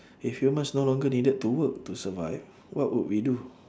if humans no longer needed to work to survive what would we do